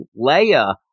Leia